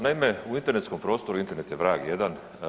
Naime, u internetskom prostoru Internet je vrag jedan.